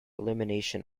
elimination